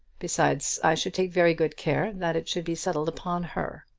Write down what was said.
besides, i should take very good care that it should be settled upon her.